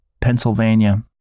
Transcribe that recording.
Pennsylvania